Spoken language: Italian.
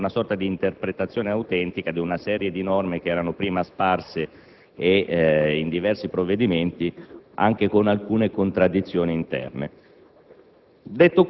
contiene una sorta di interpretazione autentica di varie norme prima sparse in diversi provvedimenti, anche con alcune contraddizioni interne.